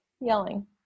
yelling